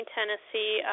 Tennessee